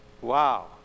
Wow